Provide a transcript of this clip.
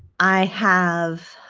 i have